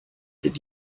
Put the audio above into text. did